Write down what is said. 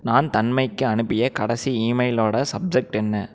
நான் தன்மயிக்கு அனுப்பிய கடைசி ஈமெயிலோட சப்ஜெக்ட் என்ன